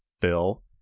Phil